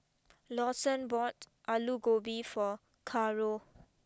Lawson bought Alu Gobi for Caro